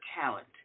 talent